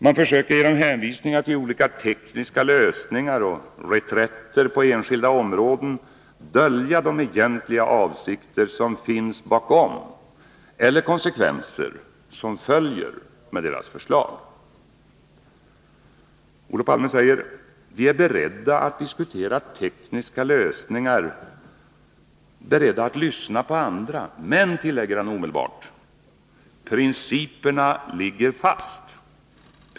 Man försöker genom hänvisningar till olika tekniska lösningar och reträtter på enskilda områden dölja de egentliga avsikter som finns bakom, eller de konsekvenser som följer med förslaget. Olof Palme säger: Vi är beredda att diskutera med andra, men — tillägger han omedelbart — principerna ligger fast.